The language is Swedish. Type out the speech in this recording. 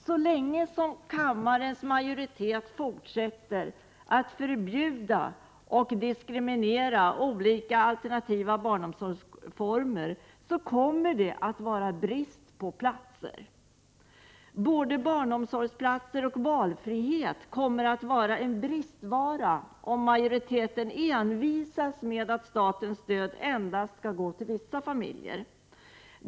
Så länge som kammarens majoritet fortsätter att förbjuda och diskriminera olika alternativa barnomsorgsformer kommer det att vara brist på platser. Både barnomsorgsplatser och valfrihet kommer att vara en bristvara, om majoriteten envisas med att statens stöd skall gå endast till vissa familjer.